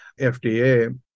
FDA